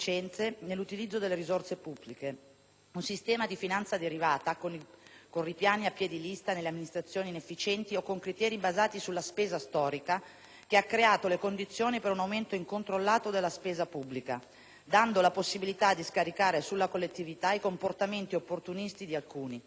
Un sistema di finanza derivata, con ripiani a piè di lista alle amministrazioni inefficienti o con criteri basati sulla spesa storica, che ha creato le condizioni per un aumento incontrollato della spesa pubblica, dando la possibilità di scaricare sulla collettività i comportamenti opportunistici di alcuni. Inoltre, tale sistema